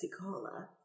Cola